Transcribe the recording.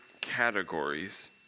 categories